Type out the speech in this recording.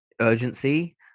urgency